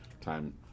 time